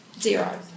Zero